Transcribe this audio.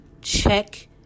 check